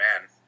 man